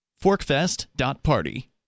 Forkfest.party